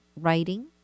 writing